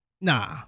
Nah